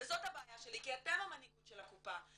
וזאת הבעיה שלי כי אתם המנהיגות של הקופה.